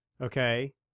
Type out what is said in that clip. okay